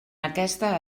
aquesta